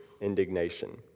indignation